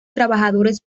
trabajadores